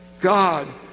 God